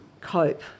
cope